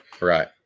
Right